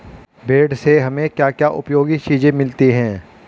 भेड़ से हमें क्या क्या उपयोगी चीजें मिलती हैं?